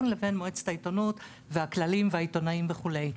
לבין מועצת העיתונות והכללים והעיתונאים וכולי.